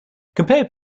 compared